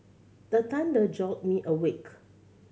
the thunder jolt me awake